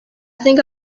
think